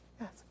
Yes